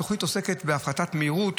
התוכנית זו עוסקת בהפחתת מהירות,